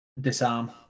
disarm